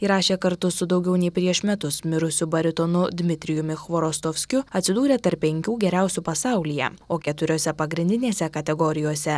įrašė kartu su daugiau nei prieš metus mirusiu baritonu dmitrijumi chvorostovskiu atsidūrė tarp penkių geriausių pasaulyje o keturiose pagrindinėse kategorijose